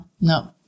no